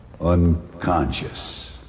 unconscious